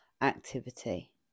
activity